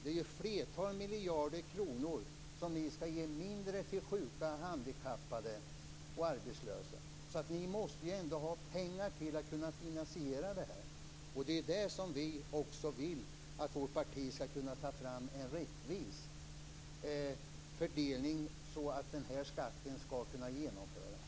Det är ett flertal miljarder kronor mindre som ni skall ge till sjuka, handikappade och arbetslösa, så ni måste ha pengar till att finansiera detta. Vi vill också att vårt parti skall kunna ta fram en rättvis fördelning så att det här skattebeslutet kan genomföras.